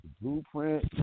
blueprint